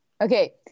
Okay